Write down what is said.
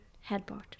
headboard